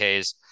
Ks